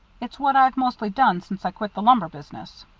it's what i've mostly done since i quit the lumber business.